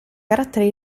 carattere